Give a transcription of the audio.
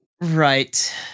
Right